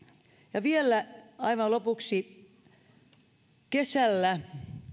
ja vielä aivan lopuksi kesällä